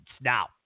now